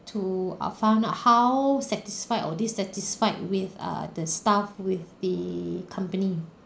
to uh found out how satisfied or dissatisfied with err the staff with the company